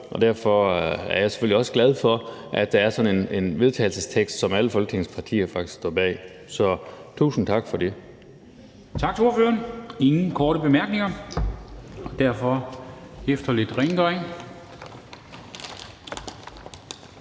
derfor er jeg selvfølgelig også glad for, at der er en vedtagelsestekst, som alle Folketingets partier faktisk står bag. Så tusind tak for det. Kl. 22:38 Formanden (Henrik Dam Kristensen):